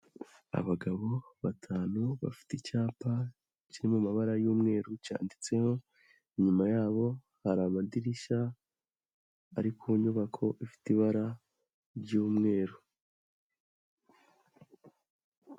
Abagabo batanu bafite icyapa kiri mu mabara y'umweru cyanditseho inyuma yabo hari amadirishya ari ku nyubako ifite ibara ry'umweru.